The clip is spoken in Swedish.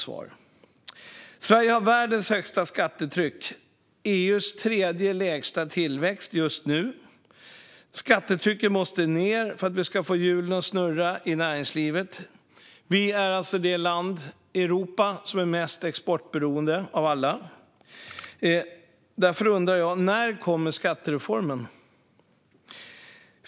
Sverige har världens högsta skattetryck och EU:s tredje lägsta tillväxt just nu. Skattetrycket måste ned för att vi ska få hjulen att snurra i näringslivet. Sverige är det land i Europa som är mest exportberoende av alla. Därför undrar jag: När kommer skattereformen?